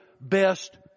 best